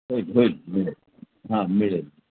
होईल होईल मिळेल हां मिळेल